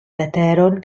leteron